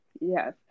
Yes